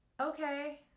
Okay